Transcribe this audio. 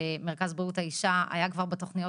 שמרכז בריאות האישה היה כבר בתוכניות